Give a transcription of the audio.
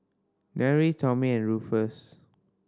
Nery Tommy and Rufus